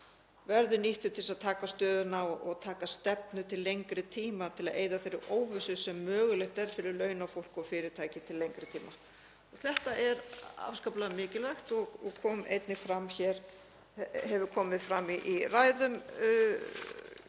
verði nýttur til að taka stöðuna og taka stefnu til lengri tíma til að eyða þeirri óvissu sem mögulegt er fyrir launafólk og fyrirtæki til lengri tíma. Þetta er afskaplega mikilvægt og hefur einnig komið fram í ræðum